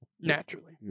naturally